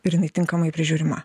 ir jinai tinkamai prižiūrima